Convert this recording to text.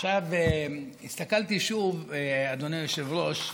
עכשיו הסתכלתי שוב, אדוני היושב-ראש,